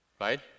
Right